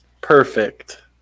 perfect